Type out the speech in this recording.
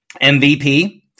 MVP